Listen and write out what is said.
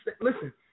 Listen